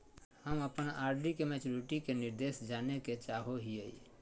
हम अप्पन आर.डी के मैचुरीटी के निर्देश जाने के चाहो हिअइ